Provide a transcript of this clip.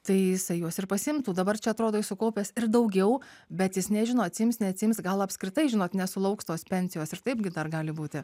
tai jisai juos ir pasiimtų dabar čia atrodo jis sukaupęs ir daugiau bet jis nežino atsiims neatsiims gal apskritai žinot nesulauks tos pensijos ir taipgi dar gali būti